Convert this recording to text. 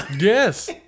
Yes